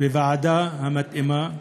בוועדה המתאימה,